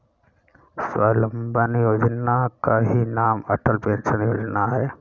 स्वावलंबन योजना का ही नाम अटल पेंशन योजना है